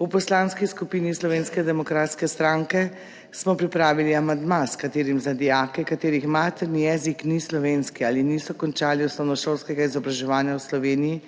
V Poslanski skupini Slovenske demokratske stranke smo pripravili amandma, s katerim za dijake, katerih materni jezik ni slovenski ali ki niso končali osnovnošolskega izobraževanja v Sloveniji